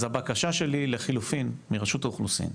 אז הבקשה שלי, לחילופין, מרשות האוכלוסין,